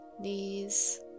knees